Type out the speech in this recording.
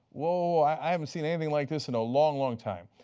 wait, i haven't seen anything like this in a long long time.